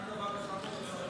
רק דבר אחד על הצעת החוק?